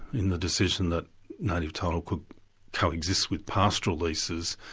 in the decision that native title could coexist with pastoral leases,